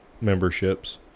memberships